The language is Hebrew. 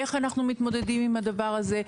איך אנחנו מתמודדים על הדבר הזה?